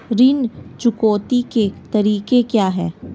ऋण चुकौती के तरीके क्या हैं?